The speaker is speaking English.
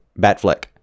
Batfleck